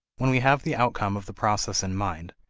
when we have the outcome of the process in mind,